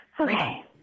Okay